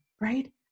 Right